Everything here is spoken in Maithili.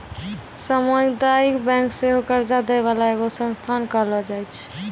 समुदायिक बैंक सेहो कर्जा दै बाला एगो संस्थान कहलो जाय छै